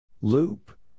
Loop